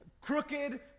crooked